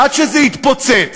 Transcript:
עד שזה יתפוצץ.